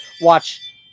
watch